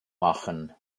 machen